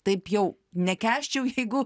taip jau nekęsčiau jeigu